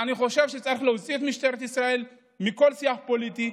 אני חושב שצריך להוציא את משטרת ישראל מכל שיח פוליטי.